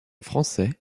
français